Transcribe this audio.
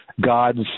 God's